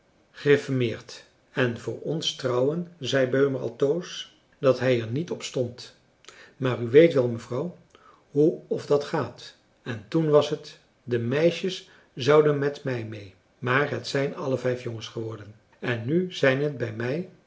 griffermeerd en voor ons trouwen zei beumer altoos dat hij er niet op stond maar u weet wel mevrouw hoe of dat gaat en ten was het de meisjes zouden met mij mee maar het zijn alle vijf jongens geworden en nu zijn het bij mij